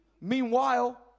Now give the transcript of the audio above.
Meanwhile